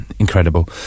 Incredible